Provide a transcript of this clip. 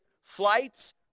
flights